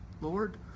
Lord